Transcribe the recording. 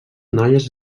noies